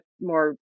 more